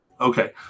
Okay